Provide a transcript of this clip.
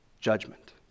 judgment